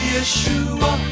Yeshua